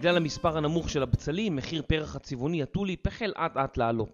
בגלל המספר הנמוך של הבצלים מחיר פרח הצבעוני הטוליפ החל אט אט לעלות